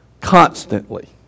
constantly